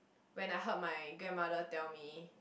when I heard my grandmother tell me